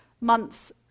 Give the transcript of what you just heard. months